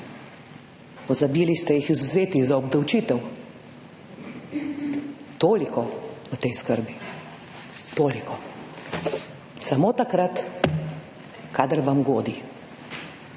pozabili ste jih izvzeti za obdavčitev. Toliko o tej skrbi. Toliko. Samo takrat, kadar vam godi.